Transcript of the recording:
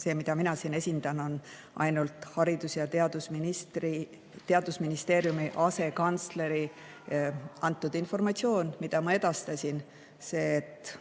see, mida mina siin esindan, on ainult Haridus‑ ja Teadusministeeriumi asekantsleri antud informatsioon, mille ma edastasin. See, et